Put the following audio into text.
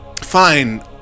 Fine